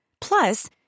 Plus